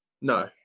No